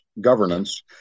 governance